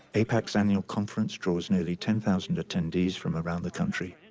aipacis annual conference draws nearly ten thousand attendees from around the country,